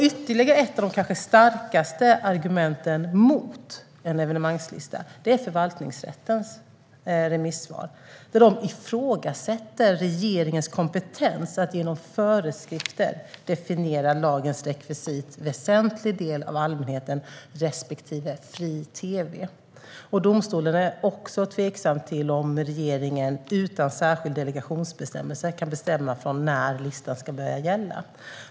Ytterligare ett och kanske ett av de starkaste argumenten mot en evenemangslista är förvaltningsrättens remissvar, där de ifrågasätter regeringens kompetens att genom föreskrifter definiera lagens rekvisit "väsentlig del av allmänheten" respektive "fri tv". Domstolen är också tveksam till om regeringen utan särskild delegationsbestämmelse kan bestämma från när listan ska börja gälla.